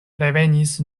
revenis